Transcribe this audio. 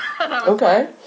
Okay